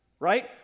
right